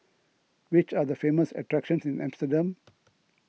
which are the famous attractions in Amsterdam